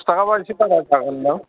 दस थाखाबा इसे बारा जागोनदां